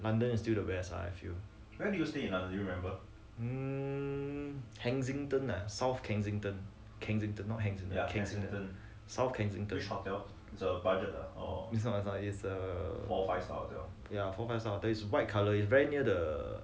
london is still the best ah I feel um kensington ah south kensington kensington not hensington south kensington is not is not is a ya four five star hotel is white colour very near the